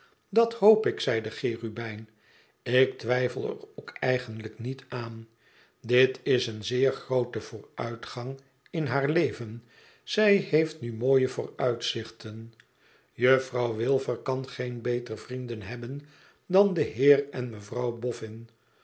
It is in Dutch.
dat hoop ik zei de cherubijn i ik twijfel er ook eigenlijk niet aan dit is een zeer groote vooruitgang in haar leven zij heeft nu mooie vooruitzichten juffrouw wilfer kan geen beter vrienden hebben dan de heer en mevrouw boffin